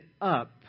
up